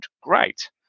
great